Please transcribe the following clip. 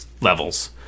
levels